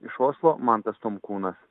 iš oslo mantas tomkūnas